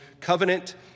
covenant